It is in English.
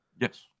Yes